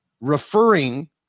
referring